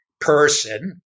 person